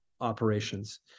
operations